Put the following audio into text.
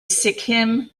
sikkim